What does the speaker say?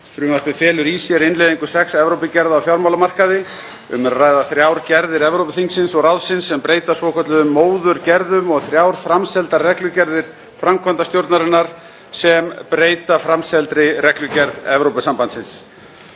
mál. Það felur í sér innleiðingu sex Evrópugerða á fjármálamarkaði. Um er að ræða þrjár gerðir Evrópuþingsins og ráðsins sem breyta svokölluðum móðurgerðum og þrjár framseldar reglugerðir framkvæmdastjórnarinnar sem breyta framseldri reglugerð Evrópusambandsins.